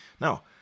Now